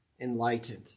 enlightened